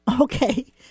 Okay